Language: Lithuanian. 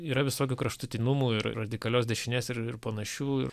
yra visokių kraštutinumų ir radikalios dešinės ir ir panašių